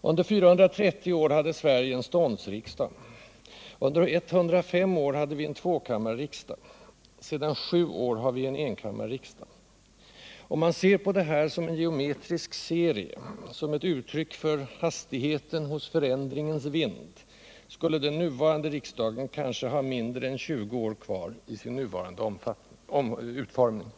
Under 430 år hade Sverige en ståndsriksdag. Under 105 år hade vi en tvåkammarriksdag. Sedan 7 år har vi en enkammarriksdag. Om man ser på detta som en geometrisk serie — som ett uttryck för hastigheten hos förändringens vind — skulle den nuvarande riksdagen kanske ha mindre än 20 år kvar i sin nuvarande utformning.